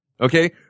Okay